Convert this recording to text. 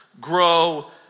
grow